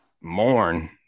mourn